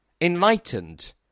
Enlightened